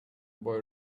boy